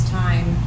time